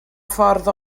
ffordd